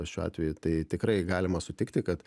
šiuo atveju tai tikrai galima sutikti kad